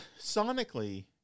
Sonically